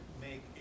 make